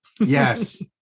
Yes